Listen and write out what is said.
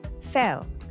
fell